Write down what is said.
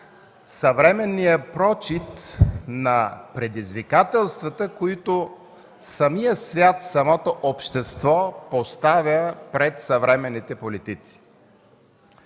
съвременният прочит на предизвикателствата, които самият свят, самото общество поставя пред съвременните политици.